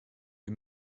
wir